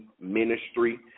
Ministry